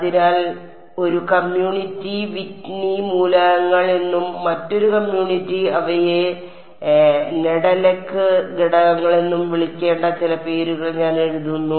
അതിനാൽ ഒരു community Whitney മൂലകങ്ങൾ എന്നും മറ്റൊരു കമ്മ്യൂണിറ്റി അവയെ നെഡെലെക് ഘടകങ്ങൾ എന്നും വിളിക്കേണ്ട ചില പേരുകൾ ഞാൻ എഴുതുന്നു